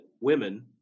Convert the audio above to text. women